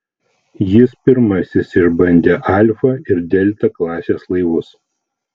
jis pirmasis išbandė alfa ir delta klasės laivus